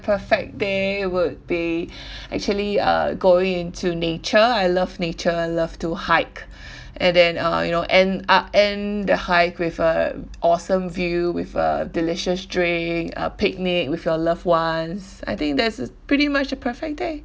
perfect day would be actually uh going into nature I love nature I love to hike and then uh you know end uh end the hike with a awesome view with a delicious drink a picnic with your loved ones I think that's pretty much a perfect day